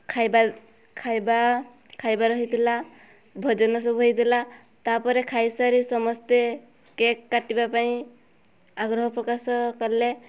ଖାଇବା ଖାଇବା ଖାଇବାର ହେଇଥିଲା ଭୋଜନ ସବୁ ହେଇଥିଲା ତାପରେ ଖାଇ ସାରି ସମସ୍ତେ କେକ୍ କାଟିବା ପାଇଁ ଆଗ୍ରହ ପ୍ରକାଶ କଲେ